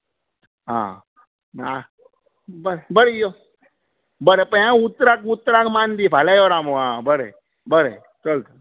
हां बरें यो बरें पळय हां उतराक उतराक मान दी फाल्यां यो रामू बरें बरें चल